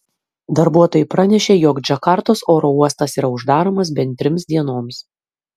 darbuotojai pranešė jog džakartos oro uostas yra uždaromas bent trims dienoms